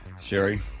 Sherry